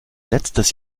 letztes